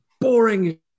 boring